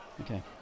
Okay